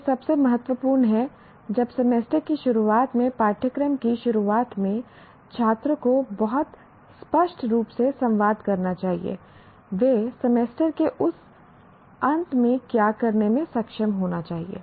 यह सबसे महत्वपूर्ण है जब सेमेस्टर की शुरुआत में पाठ्यक्रम की शुरुआत में छात्र को बहुत स्पष्ट रूप से संवाद करना चाहिए वे सेमेस्टर के उस अंत में क्या करने में सक्षम होना चाहिए